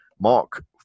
Mark